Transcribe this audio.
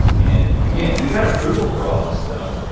and again, we got approval for all this stuff.